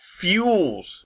fuels